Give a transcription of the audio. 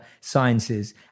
Sciences